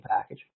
package